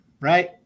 right